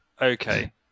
Okay